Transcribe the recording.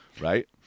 Right